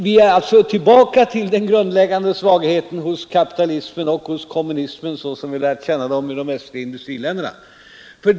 Vi är alltså tillbaka till den grundläggande svagheten hos kapitalismen och hos kommunismen så som vi lärt känna dem i de västliga industriländerna.